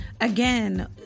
again